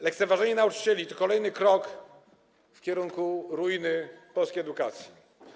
Lekceważenie nauczycieli to kolejny krok w kierunku ruiny polskiej edukacji.